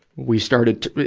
we started to,